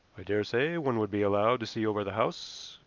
i daresay one would be allowed to see over the house,